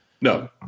No